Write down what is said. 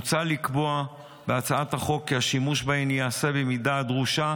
מוצע לקבוע בהצעת החוק כי השימוש בהן ייעשה במידה הדרושה